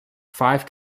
five